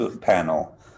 panel